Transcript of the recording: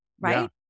Right